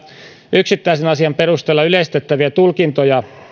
yksittäisen asian perusteella yleistettäviä tulkintoja